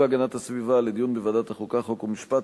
חוק ומשפט,